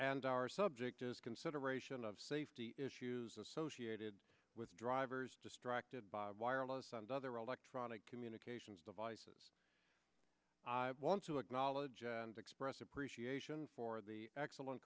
and our subject is consideration of safety issues associated with drivers distracted by wireless and other electronic communications devices i want to acknowledge and express appreciation for the excellent